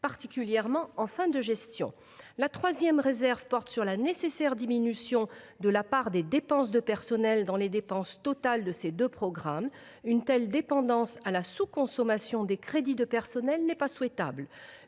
particulièrement en fin de gestion. La troisième réserve porte sur la nécessaire diminution de la part des dépenses de personnel dans les dépenses totales de ces deux programmes. Une telle dépendance à la sous consommation des crédits de personnels n’est pas souhaitable.